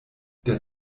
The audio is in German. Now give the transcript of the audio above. der